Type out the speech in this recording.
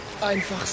Einfach